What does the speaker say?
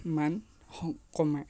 মান কমে